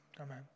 Amen